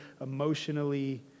emotionally